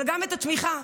אבל גם את התמיכה,